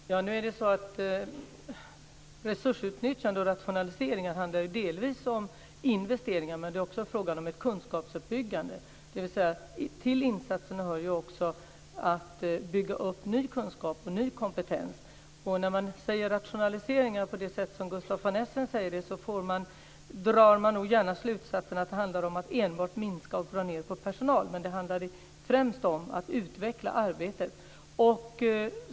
Fru talman! Nu är det så att resursutnyttjande och rationaliseringar ju delvis handlar om investeringar, men det är också fråga om ett kunskapsuppbyggande. Till insatserna hör alltså också att bygga upp ny kunskap och ny kompetens. När man säger rationaliseringar på det sätt som Gustaf von Essen säger det, drar man nog gärna slutsatsen att det handlar om att enbart minska och dra ned på personal, men det handlar främst om att utveckla arbetet.